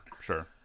Sure